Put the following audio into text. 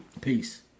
peace